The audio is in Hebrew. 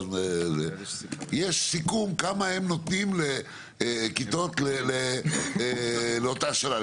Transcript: יש סיכום כמה הם נותנים לכיתות לאותה שנה,